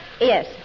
Yes